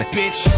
bitch